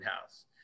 house